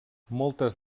moltes